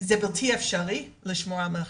זה בלתי אפשרי לשמור על מרחק.